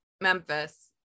memphis